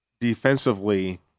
defensively